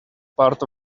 part